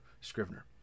Scrivener